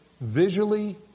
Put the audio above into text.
Visually